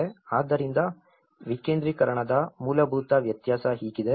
ಆದ್ದರಿಂದ ವಿಕೇಂದ್ರೀಕರಣದ ಮೂಲಭೂತ ವ್ಯತ್ಯಾಸ ಹೀಗಿದೆ